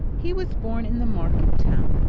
he was born in the market-town,